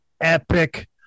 epic